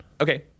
Okay